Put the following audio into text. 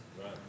Right